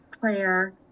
prayer